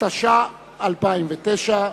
התש"ע 2009,